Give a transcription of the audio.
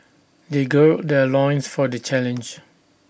they gird their loins for the challenge